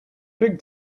big